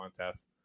contest